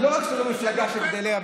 לא רק שאתם מפלגה שלא גדלה,